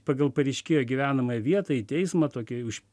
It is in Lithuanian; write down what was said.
pagal pareiškėjo gyvenamąją vietą į teismą tokį už